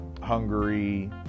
Hungary